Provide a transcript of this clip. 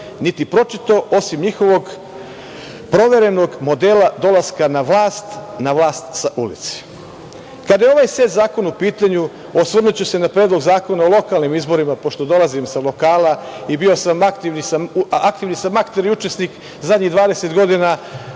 niti pročitao osim njihovog proverenog modela dolaska na vlast, na vlast sa ulice. Kada je ovaj set zakona u pitanju osvrnuću se na Predlog zakona o lokalnim izborima pošto dolazim sa lokala i aktivni sam akter i učesnik zadnjih 20 godina